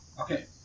Okay